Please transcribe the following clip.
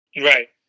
Right